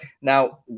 Now